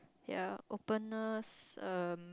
yeah openness erm